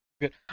good